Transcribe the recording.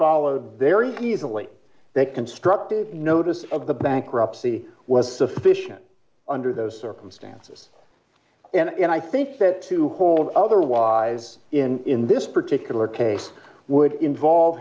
followed there is easily that constructive notice of the bankruptcy was sufficient under those circumstances and i think that to hold otherwise in this particular case would involve